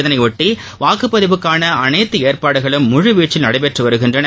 இதனையொட்டி வாக்குப்பதிவுக்கான அளைத்து ஏற்பாடுகளும் முழுவீச்சில் நடைபெற்று வருகின்றன